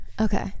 Okay